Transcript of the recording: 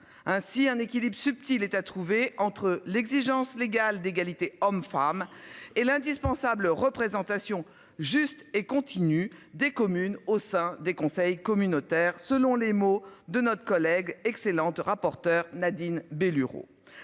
ainsi un équilibre subtil et tu as trouvé entre l'exigence légale d'égalité homme femme et l'indispensable représentation juste et continue des communes au sein des conseils communautaires, selon les mots de notre collègue excellente rapporteure Nadine.